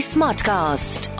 Smartcast